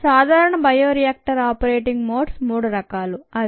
సాధారణ bioreactor operating modes మూడు రకాలు అవి